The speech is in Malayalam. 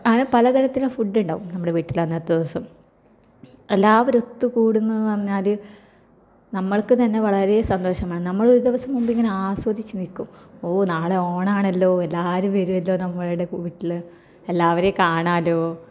അങ്ങനെ പലതരത്തിലുള്ള ഫുഡ് ഉണ്ടാവും നമ്മുടെ വീട്ടിൽ അന്നത്തെ ദിവസം എല്ലാവരും ഒത്ത് കൂടുന്നതെന്ന് പറഞ്ഞാൽ നമുക്ക് തന്നെ വളരെ സന്തോഷമാണ് നമ്മൾ ഒരു ദിവസം മുമ്പിങ്ങനെ ആസ്വദിച്ച് നിൽക്കും ഓ നാളെ ഓണം ആണല്ലോ എല്ലാവരും വരുമല്ലോ നമ്മുടെ വീട്ടിൽ എല്ലാവരെയും കാണാമല്ലോ